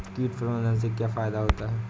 कीट प्रबंधन से क्या फायदा होता है?